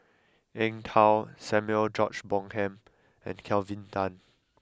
Eng Tow Samuel George Bonham and Kelvin Tan